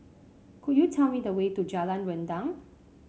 could you tell me the way to Jalan Rendang